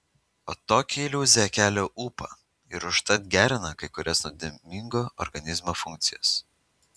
o tokia iliuzija kelia ūpą ir užtat gerina kai kurias nuodėmingo organizmo funkcijas